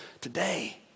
today